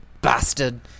bastard